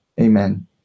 Amen